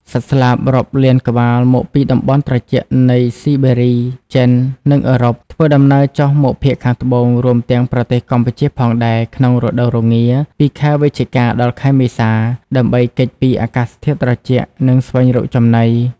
សត្វស្លាបរាប់លានក្បាលមកពីតំបន់ត្រជាក់នៃស៊ីបេរី ចិន និងអឺរ៉ុប ធ្វើដំណើរចុះមកភាគខាងត្បូង រួមទាំងប្រទេសកម្ពុជាផងដែរ ក្នុងរដូវរងាពី ខែវិច្ឆិកា ដល់ ខែមេសា ដើម្បីគេចពីអាកាសធាតុត្រជាក់ និងស្វែងរកចំណី។